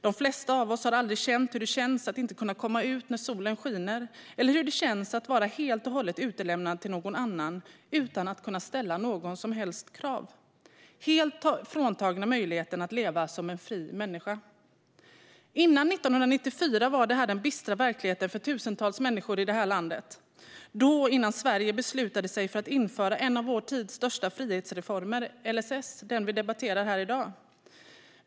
De flesta av oss har aldrig upplevt hur det känns att inte kunna komma ut när solen skiner eller hur det känns att vara helt och hållet utlämnad till någon annan utan att kunna ställa något som helst krav - helt fråntagen möjligheten att leva som en fri människa. Före 1994 var detta den bistra verkligheten för tusentals människor i det här landet. Det var innan Sverige beslutade sig för att införa en av vår tids största frihetsreformer, LSS, som vi debatterar här i dag.